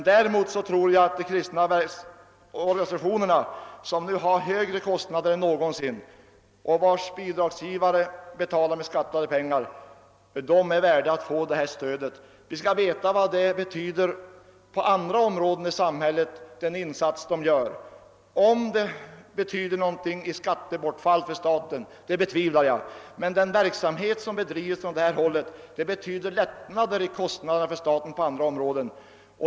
Däremot tror jag att de kristna organisationerna, som nu har högre kostnader än någonsin och vilkas bidragsgivare betalar med beskattade pengar, är värda att få detta stöd. Vi vet vad deras insats betyder på andra områden i samhället. Jag betvivlar att det är fråga om något betydande skattebortfall för staten. Men den verksamhet som bedrivs på detta håll innebär lättnader i kostnaderna för staten på andra områden.